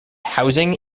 housing